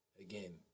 again